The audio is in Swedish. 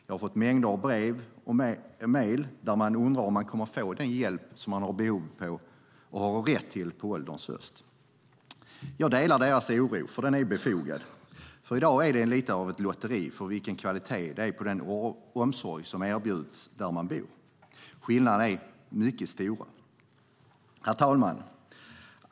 Jag har fått mängder av brev och mejl där människor undrar om de kommer att få den hjälp de har behov av och har rätt till på ålderns höst. Jag delar deras oro, för den är befogad. I dag är det lite av ett lotteri vilken kvalitet det är på den omsorg som erbjuds där man bor. Skillnaderna är mycket stora. Herr talman!